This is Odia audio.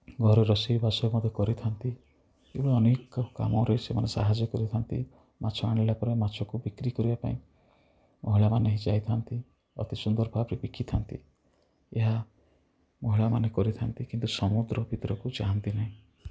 ଘରେ ରୋଷେଇବାସ ମଧ୍ୟ କରିଥାନ୍ତି ଏବଂ ଅନେକ କାମରେ ସେମାନେ ସାହାଯ୍ୟ କରିଥାନ୍ତି ମାଛ ଆଣିଲା ପରେ ମାଛକୁ ବିକ୍ରିକରିବା ପାଇଁ ମହିଳାମାନେ ହିଁ ଯାଇଥାନ୍ତି ଅତି ସୁନ୍ଦର ଭାବରେ ବିକିଥାନ୍ତି ଏହା ମହିଳାମାନେ କରିଥାନ୍ତି କିନ୍ତୁ ସମୁଦ୍ର ଭିତରକୁ ଯାଆନ୍ତି ନାହିଁ